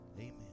Amen